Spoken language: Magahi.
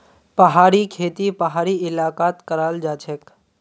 पहाड़ी खेती पहाड़ी इलाकात कराल जाछेक